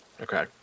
Okay